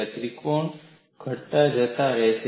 આ ત્રિકોણ ઘટતા જતા રહેશે